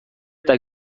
eta